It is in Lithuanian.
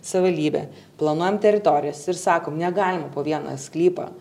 savivaldybė planuojam teritorijas ir sakom negalima po vieną sklypą